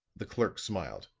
the clerk smiled.